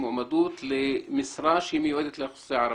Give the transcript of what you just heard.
מועמדות למשרה שמיועדת לאוכלוסייה הערבית.